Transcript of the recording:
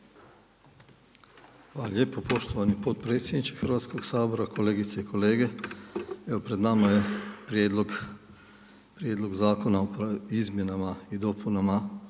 Hvala lijepo poštovani potpredsjedniče Hrvatskog sabora, kolegice i kolege. Evo pred nama je Prijedlog zakona o izmjenama i dopunama